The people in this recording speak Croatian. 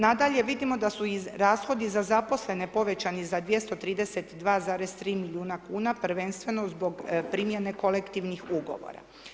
Nadalje, vidimo da su i rashodi za zaposlene povećani za 232,3 milijuna kuna, prvenstveno zbog primjene kolektivnih ugovora.